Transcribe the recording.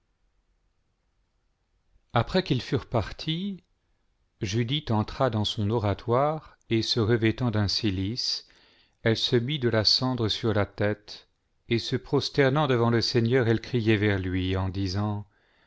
après qu'ils furent partis judith entra dans son oratoire et se revêtant d'un cilice elle se mit de la cendre sur la tête et se prosternant devant le seigneur elle criait vers lui en disant